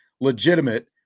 legitimate